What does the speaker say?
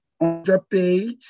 underpaid